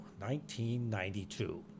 1992